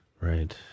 Right